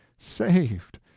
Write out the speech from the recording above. saved!